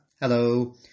hello